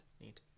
Neat